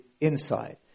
inside